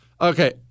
Okay